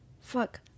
Fuck